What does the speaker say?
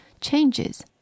changes